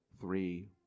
three